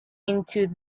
into